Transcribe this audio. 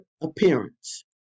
appearance